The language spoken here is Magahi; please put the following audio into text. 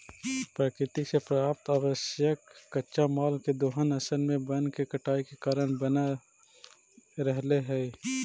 प्रकृति से प्राप्त आवश्यक कच्चा माल के दोहन असल में वन के कटाई के कारण बन रहले हई